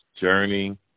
journey